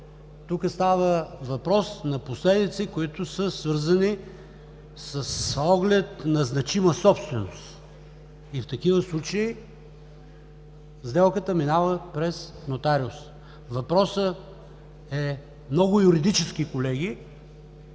Тук става въпрос на последици, които са свързани с оглед на значима собственост. В такива случаи сделката минава през нотариус. Въпросът е много юридически, колеги,